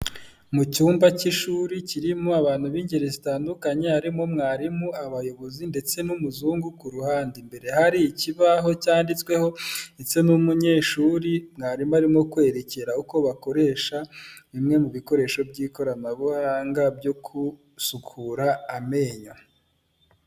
Mu cyumba cy'ishuri kirimo abantu b'ingeri zitandukanye harimo mwarimu abayobozi ndetse n'umuzungu ku ruhande imbere hari ikibaho cyanditsweho ndetse n'umunyeshuri mwarimu arimo kwerekera uko bakoresha bimwe mu bikoresho by'ikoranabuhanga byo gusukura amenyo.